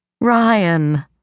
Ryan